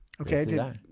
Okay